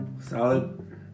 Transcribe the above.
salad